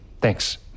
Thanks